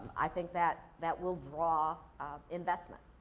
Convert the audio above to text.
i think that that will draw investment.